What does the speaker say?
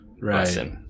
right